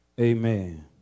Amen